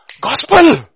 Gospel